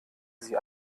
sie